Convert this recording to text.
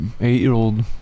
eight-year-old